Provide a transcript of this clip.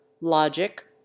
logic